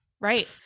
right